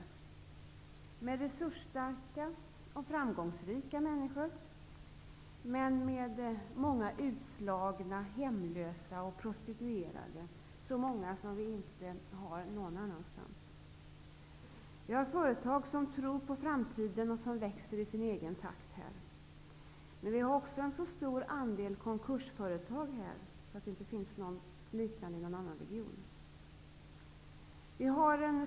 Här finns resursstarka och framgångsrika människor, samtidigt som det finns fler utslagna, hemlösa och prostituerade människor än någon annanstans. I Stockholm finns det företag som tror på framtiden och växer i sin egen takt, men det finns också en större andel konkursföretag här än i någon annan region.